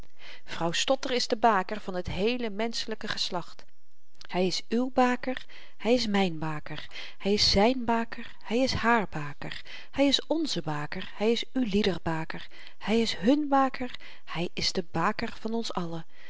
vrouw stotter is de baker van het heele menschelyke geslacht hy is uw baker hy is myn baker hy is zyn baker hy is haar baker hy is onze baker hy is ulieder baker hy is hun baker hy is de baker van ons allen